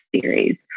series